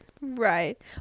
Right